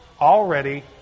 already